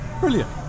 Brilliant